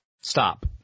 stop